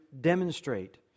demonstrate